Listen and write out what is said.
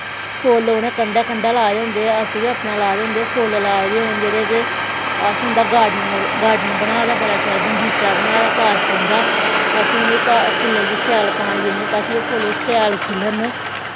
फुल्ल उ'नें कंढै कंढै लाए दे होंदे असें बी अपने लाए दे होंदे फुल्ल लाए दे होन जेह्ड़े ते अस उं'दा गार्डन गार्डन बनाए दा बड़ा शैल बगीचा बनाए दा पार्क उं'दा अस उ'नें गी पा फुल्लें गी शैल पानी दिन्ने ताकि ओह् फुल्ल शैल खिल्लरन